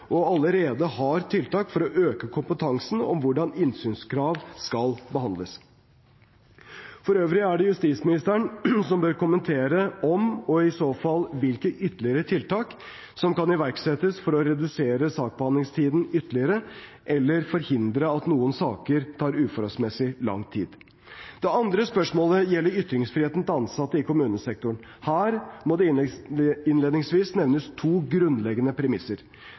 og allerede har tiltak for å øke kompetansen om hvordan innsynskrav skal behandles. For øvrig er det justisministeren som bør kommentere om og i så fall hvilke ytterligere tiltak som kan iverksettes for å redusere saksbehandlingstiden ytterligere, eller forhindre at noen saker tar uforholdsmessig lang tid. Det andre spørsmålet gjelder ytringsfriheten til ansatte i kommunesektoren. Her må det innledningsvis nevnes to grunnleggende premisser.